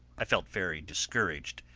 i felt very discouraged.